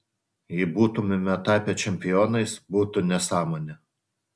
jei būtumėme tapę čempionais būtų nesąmonė